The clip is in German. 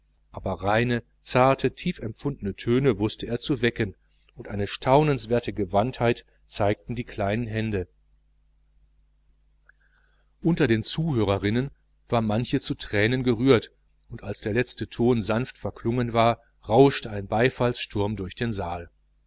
aber reine zarte tief empfundene töne wußte er zu wecken und eine staunenswerte gewandtheit zeigten die kleinen hände unter den zuhörerinnen war manche zu tränen gerührt und als der letzte ton sanft verklungen war rauschte ein beifallssturm durch den saal